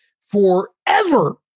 forever